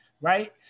right